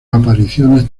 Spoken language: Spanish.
apariciones